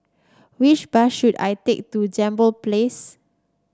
which bus should I take to Jambol Place